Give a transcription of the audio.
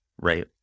right